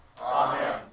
Amen